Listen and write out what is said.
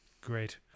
great